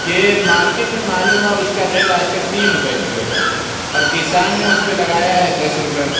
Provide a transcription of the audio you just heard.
کہ مارکیٹ میں معلوم ہُوا اُس کا ریٹ آج کل تین روپئے کلو ہے اور کسان نے اُس پہ لگایا ہے دس روپئے